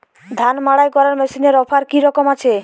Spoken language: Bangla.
ধান মাড়াই করার মেশিনের অফার কী রকম আছে?